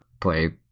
play